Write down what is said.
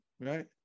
right